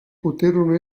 poterono